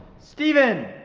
stephen!